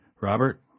Robert